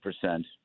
percent